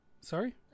sorry